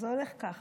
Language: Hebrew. אז זה הולך ככה: